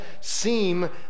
seem